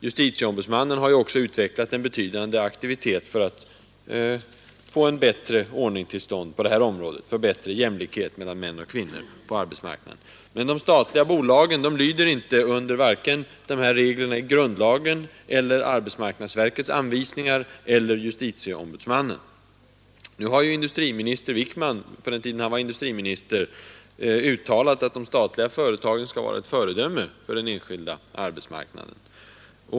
Justitieombudsmannen har också utvecklat en betydande aktivitet för att få en bättre ordning till stånd när det gäller jämlikhet mellan män och kvinnor på arbetsmarknaden. Men de statliga bolagen lyder varken under reglerna i grundlagen eller under arbetsmarknadsverkets anvisningar eller under justitieombudsmannen. Statsrådet Wickman har, på den tid då han var industriminister, uttalat att de statliga företagen skall vara ett föredöme för den enskilda arbetsmarknaden.